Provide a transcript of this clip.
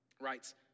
writes